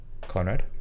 Conrad